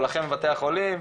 או לכם בבתי החולים,